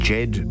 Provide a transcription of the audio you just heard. Jed